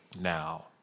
now